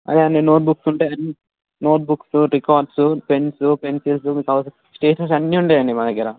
అదే అన్నీ నోట్బుక్సు ఉంటాయి నోట్బుక్సు రికార్డ్సు పెన్సు పెన్సిల్సు మీకు కావాల్సిన స్టేషనరీస్ అన్నీ ఉంటాయండి మా దగ్గర